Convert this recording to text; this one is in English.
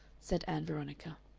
said ann veronica.